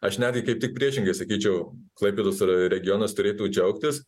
aš netgi kaip tik priešingai sakyčiau klaipėdos regionas turėtų džiaugtis